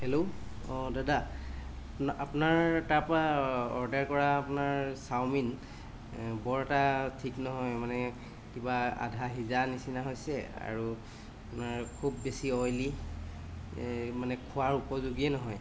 hello অঁ দাদা আপোনাৰ তাৰপৰা অৰ্ডাৰ কৰা আপোনাৰ চাওমিন বৰ এটা ঠিক নহয় মানে কিবা আধা সিজা নিচিনা হৈছে আৰু আপোনাৰ খুব বেছি অইলী মানে খোৱাৰ উপযোগীয়ে নহয়